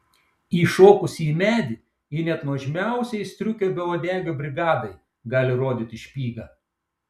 įšokusi į medį ji net nuožmiausiai striukio beuodegio brigadai gali rodyti špygą